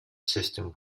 system